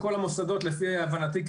לפי הבנתי,